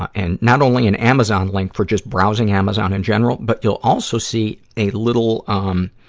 and not only an amazon link for just browsing amazon in general, but you'll also see a little, um